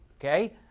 okay